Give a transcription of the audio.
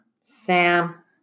Sam